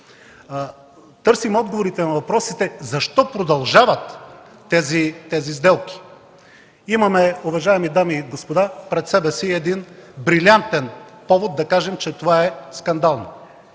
Търсим отговорите на въпросите! Защо продължават тези сделки? Уважаеми дами и господа, имаме пред себе си брилянтен повод да кажем, че това е скандално.